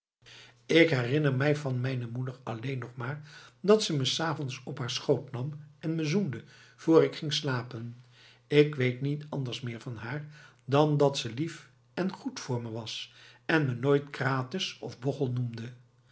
ik herinner mij van mijne moeder alleen nog maar dat ze me s avonds op haar schoot nam en me zoende vr ik ging slapen k weet niet anders meer van haar dan dat ze lief en goed voor me was en me nooit krates of bochel noemde